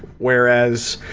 whereas,